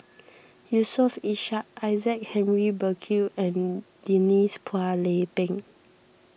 Yusof Ishak Isaac Henry Burkill and Denise Phua Lay Peng